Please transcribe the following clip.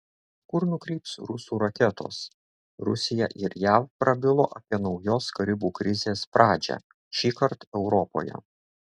kur nukryps rusų raketos rusija ir jav prabilo apie naujos karibų krizės pradžią šįkart europoje